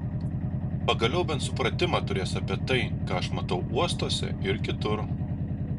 pagaliau bent supratimą turės apie tai ką aš matau uostuose ir kitur